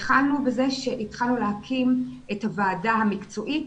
התחלנו בזה שהתחלנו להקים את הוועדה המקצועית